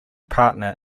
partner